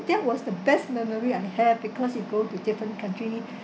that was the best memory I have because you go to different country